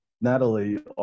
Natalie